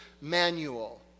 manual